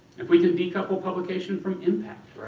if we can decouple publication from impact,